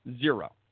zero